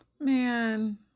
Man